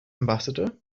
ambassador